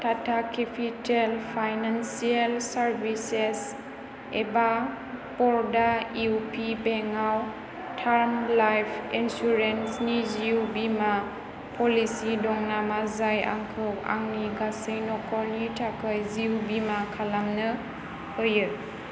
Tata capital financial services एबा बर'डा इउ पि बेंकआव टार्म लाइफ इन्सुरेन्सनि जिउ बीमा प'लिसि दं नामा जाय आंखौ आंनि गासै नख'रनि थाखाय जिउ बीमा खालामनो होयो